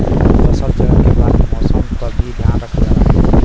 फसल चयन के बाद मौसम क भी ध्यान रखल जाला